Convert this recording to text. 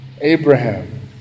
Abraham